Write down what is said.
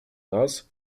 nas